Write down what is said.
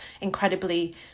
incredibly